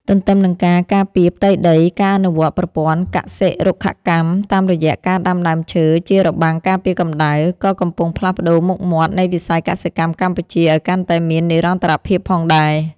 ទន្ទឹមនឹងការការពារផ្ទៃដី ការអនុវត្តប្រព័ន្ធកសិ-រុក្ខកម្មតាមរយៈការដាំដើមឈើជារបាំងការពារកម្ដៅ ក៏កំពុងផ្លាស់ប្តូរមុខមាត់នៃវិស័យកសិកម្មកម្ពុជាឱ្យកាន់តែមាននិរន្តរភាពផងដែរ។